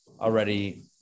already